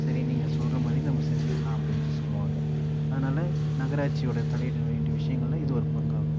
சரி நீங்கள் சொல்கிற மாதிரி நம்ம செஞ்சிக்கலாம் அப்படின்ட்டு சொல்வாங்க அதனால் நகராட்சியோடய தலையிட வேண்டிய விஷயங்களில் இது ஒரு பங்காகும்